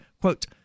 quote